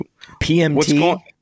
PMT